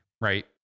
right